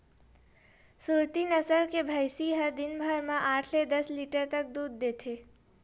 सुरती नसल के भइसी ह दिन भर म आठ ले दस लीटर तक दूद देथे